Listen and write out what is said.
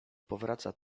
powraca